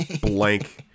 blank